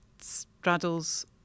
straddles